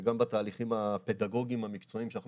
וגם בתהליכים הפדגוגיים המקצועיים שאנחנו